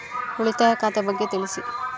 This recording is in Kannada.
ಉಳಿತಾಯ ಖಾತೆ ಬಗ್ಗೆ ತಿಳಿಸಿ?